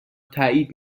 تایید